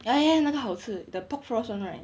ya ya 那个好吃 the pork floss [one] right